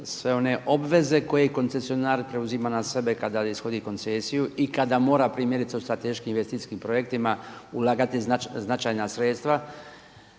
sve one obveze koje koncesionar preuzima na sebe kada ishodi koncesiju i kada mora primjerice u strateškim investicijskim projektima ulagati značajna sredstva